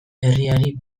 herriari